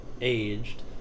aged